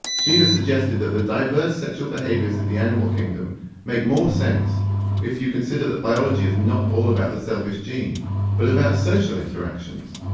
she has suggested that the diverse sexual behaviours of the animal kingdom make more sense if you consider that biology is not all about the selfish gene but about social interactions.